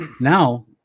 Now